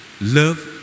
Love